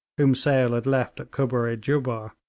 whom sale had left at kubbar-i-jubbar,